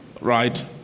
right